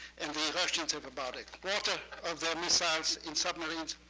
and the russians have about a quarter of their missiles in submarines.